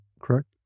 correct